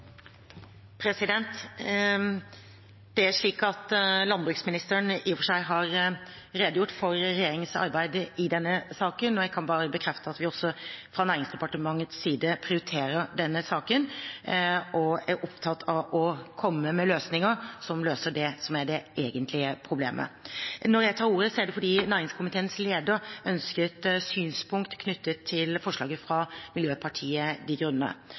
Det er slik at landbruksministeren i og for seg har redegjort for regjeringens arbeid i denne saken, og jeg kan bare bekrefte at vi også fra Næringsdepartementets side prioriterer denne saken og er opptatt av å komme med løsninger som løser det som er det egentlige problemet. Når jeg tar ordet, er det fordi næringskomiteens leder ønsket et synspunkt knyttet til forslaget fra Miljøpartiet De Grønne.